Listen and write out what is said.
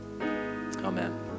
Amen